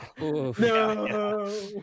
No